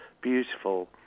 beautiful